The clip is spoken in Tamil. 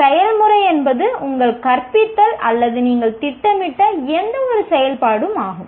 செயல்முறை என்பது உங்கள் கற்பித்தல் அல்லது நீங்கள் திட்டமிட்ட எந்தவொரு செயல்பாடும் ஆகும்